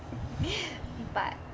but